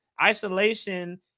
isolation